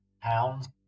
pounds